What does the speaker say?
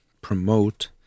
promote